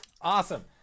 awesome